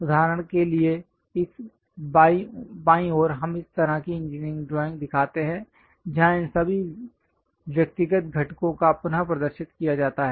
उदाहरण के लिए इस बाईं ओर हम इस तरह की इंजीनियरिंग ड्राइंग दिखाते हैं जहां इन सभी व्यक्तिगत घटकों का पुनः प्रदर्शित किया जाता है